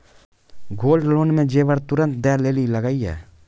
Gold loan मे जेबर तुरंत दै लेली लागेया?